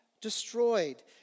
destroyed